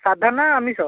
ସାଧା ନା ଆମିଷ